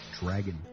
dragon